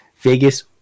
Vegas